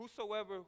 whosoever